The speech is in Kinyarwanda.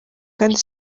kandi